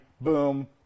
boom